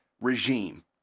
regime